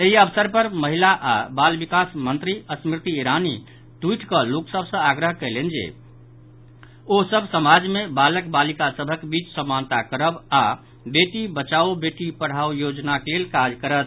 एहि अवसर पर महिला आओर बाल विकास मंत्री स्मृति ईरानी ट्वीट कऽ लोक सभ सँ आग्रह कयलनि जे ओ सभ समाज मे बालक बालिका सभ बीच समानता करब आओर बेटी बचाओ बेटी पढ़ाओ योजनाक लेल काज करथ